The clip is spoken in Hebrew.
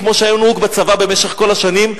כמו שהיה נהוג בצבא במשך כל השנים,